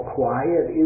quiet